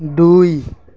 দুই